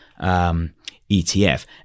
ETF